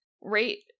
rate